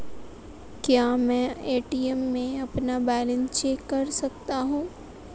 क्या मैं ए.टी.एम में अपना बैलेंस चेक कर सकता हूँ?